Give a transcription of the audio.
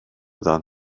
dan